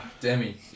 Demi